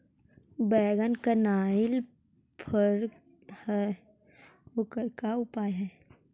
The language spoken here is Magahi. बैगन कनाइल फर है ओकर का उपाय है?